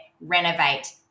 renovate